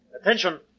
Attention